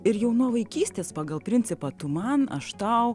ir jau nuo vaikystės pagal principą tu man aš tau